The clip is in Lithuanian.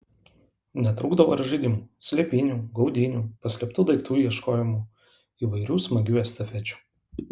netrūkdavo ir žaidimų slėpynių gaudynių paslėptų daiktų ieškojimo įvairių smagių estafečių